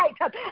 right